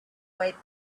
way